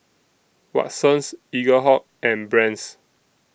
Watsons Eaglehawk and Brand's